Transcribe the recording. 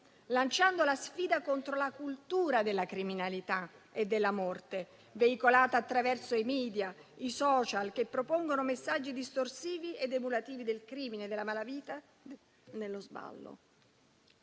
lanciando la sfida contro la cultura della criminalità e della morte, veicolata attraverso i *media* e i *social*, che propongono messaggi distorsivi ed emulativi del crimine, della malavita, dello sballo.